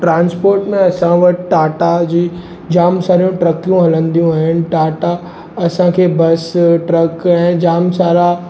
transport में असां वटि टाटा जी जाम सारियूं ट्रकियूं हलंदियूं आहिनि टाटा असांखे बस ट्रक ऐं जाम सारा